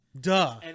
Duh